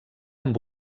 amb